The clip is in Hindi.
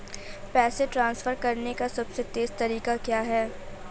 पैसे ट्रांसफर करने का सबसे तेज़ तरीका क्या है?